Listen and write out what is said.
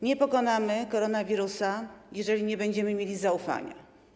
Nie pokonamy koronawirusa, jeżeli nie będziemy mieli zaufania.